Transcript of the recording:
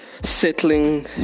settling